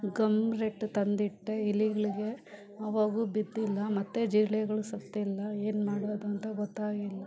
gum ರಟ್ಟು ತಂದಿಟ್ಟೆ ಇಲಿಗಳಿಗೆ ಆವಾಗೂ ಬಿದ್ದಿಲ್ಲ ಮತ್ತು ಜಿರಳೆಗ್ಳು ಸತ್ತಿಲ್ಲ ಏನು ಮಾಡೋದಂತ ಗೊತ್ತಾಗಿಲ್ಲ